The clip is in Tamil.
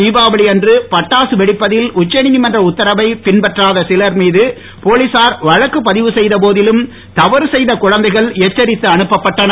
திபாவளி அன்று பட்டாசு வெடிப்பதில் உச்சநீதிமன்ற உத்தரவை பின்பற்றாத சிலர் மீது போலீசார் வழக்கு பதிவு செய்த போதிலும் தவறு செய்த குழந்தைகள் எச்சரித்து அனுப்பப்பட்டனர்